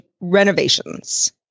renovations